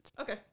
Okay